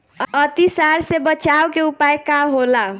अतिसार से बचाव के उपाय का होला?